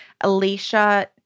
Alicia